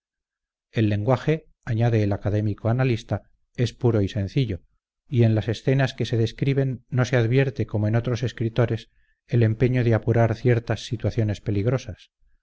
el lenguaje añade el académico analista es puro y sencillo y en las escenas que se describen no se advierte como en otros escritores el empeño de apurar ciertas situaciones peligrosas